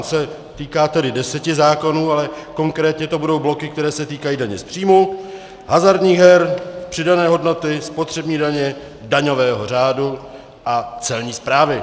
On se týká 10 zákonů, ale konkrétně to budou bloky, které se týkají daně z příjmů, hazardních her, přidané hodnoty, spotřební daně, daňového řádu a Celní správy.